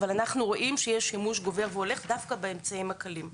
ואנחנו רואים שיש שימוש הולך וגובר דווקא באמצעים קלים.